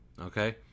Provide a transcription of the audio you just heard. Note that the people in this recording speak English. Okay